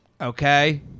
Okay